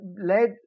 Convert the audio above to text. led